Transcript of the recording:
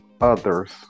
others